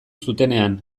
zutenean